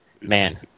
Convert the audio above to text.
man